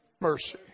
Mercy